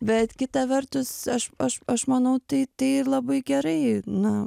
bet kita vertus aš aš aš manau tai tai ir labai gerai na